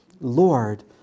Lord